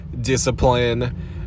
discipline